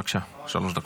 בבקשה, שלוש דקות.